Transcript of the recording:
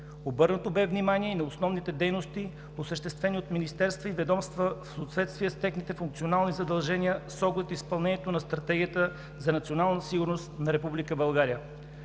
Обърнато бе внимание и на основните дейности, осъществени от министерства и ведомства в съответствие с техните функционални задължения с оглед на изпълнението на Стратегията за национална сигурност на